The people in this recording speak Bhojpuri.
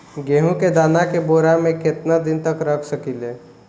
गेहूं के दाना के बोरा में केतना दिन तक रख सकिले?